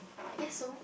guess so